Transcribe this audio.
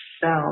self